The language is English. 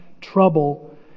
trouble